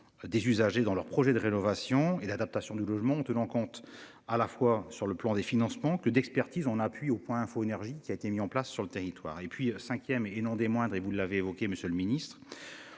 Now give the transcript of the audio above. des usagers dans leur projet de rénovation et l'adaptation du logement en tenant compte à la fois sur le plan des financements que d'expertise on appuie au point info énergie, qui a été mis en place sur le territoire et puis 5ème et non des moindres, et vous l'avez évoqué, monsieur le Ministre.